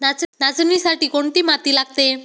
नाचणीसाठी कोणती माती लागते?